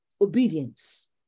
obedience